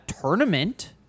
tournament